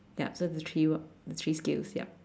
ya so the three what the three skills ya